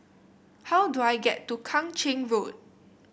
how do I get to Kang Ching Road